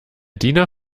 diener